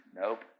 Nope